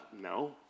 no